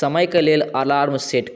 समयके लेल alarm set